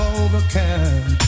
overcome